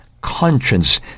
conscience